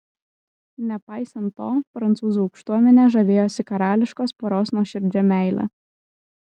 nepaisant to prancūzų aukštuomenė žavėjosi karališkos poros nuoširdžia meile